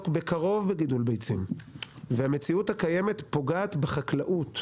בקרוב בגידול ביצים והמציאות הקיימת פוגעת בחקלאות,